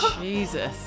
Jesus